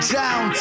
down